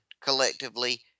collectively